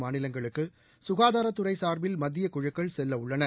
மாநிலங்களுக்கு சுகாதாரத்துறை சார்பில் மத்திய குழுக்கள் செல்ல உள்ளன